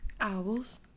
owls